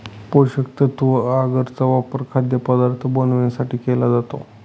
पोषकतत्व आगर चा वापर खाद्यपदार्थ बनवण्यासाठी केला जातो